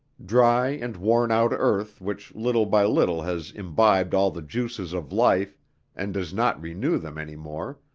dry and wornout earth which little by little has imbibed all the juices of life and does not renew them any more,